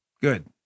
Good